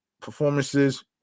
performances